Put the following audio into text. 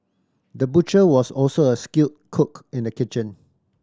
the butcher was also a skilled cook in the kitchen